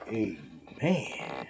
amen